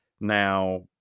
Now